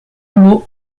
hameau